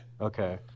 Okay